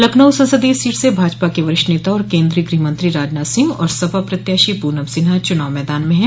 लखनऊ संसदीय सीट से भाजपा के वरिष्ठ नेता आर केन्द्रीय गृहमंत्री राजनाथ सिंह और सपा प्रत्याशी पूनम सिन्हा चूनाव मैदान में हैं